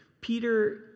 Peter